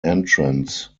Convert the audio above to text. entrance